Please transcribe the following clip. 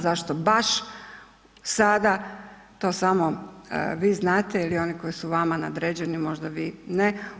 Zašto baš sada, to samo vi znate ili oni koji su vama nadređeni, možda vi ne.